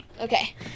okay